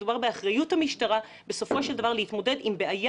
מדובר באחריות המשטרה בסופו של דבר להתמודד עם בעיה